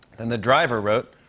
then the driver wrote.